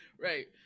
Right